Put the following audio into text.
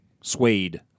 Suede